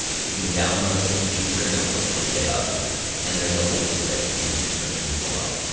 you can download this jupyter notebook from github and there's a link to it in the description below.